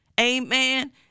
Amen